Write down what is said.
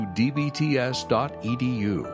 dbts.edu